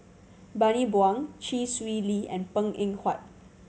Bani Buang Chee Swee Lee and Png Eng Huat